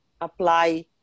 apply